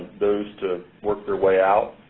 those to work their way out.